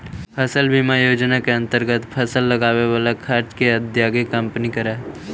फसल बीमा योजना के अंतर्गत फसल लगावे वाला खर्च के अदायगी कंपनी करऽ हई